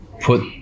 put